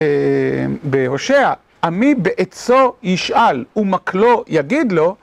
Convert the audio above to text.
בהושע, עמי בעצו ישאל ומקלו יגיד לו